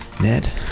ned